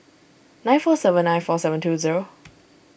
nine four seven nine four seven two zero